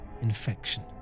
infection